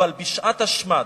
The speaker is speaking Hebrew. אבל בשעת השמד,